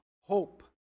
hope